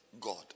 God